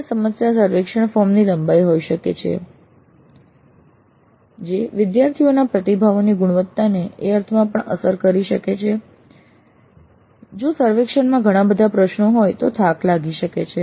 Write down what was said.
અન્ય સમસ્યા સર્વેક્ષણ ફોર્મ ની લંબાઈ હોઈ શકે છે જે વિદ્યાર્થીઓના પ્રતિભાવોની ગુણવત્તાને એ અર્થમાં પણ અસર કરી શકે છે કે જો સર્વેક્ષણમાં ઘણા બધા પ્રશ્નો હોય તો થાક લાગી શકે છે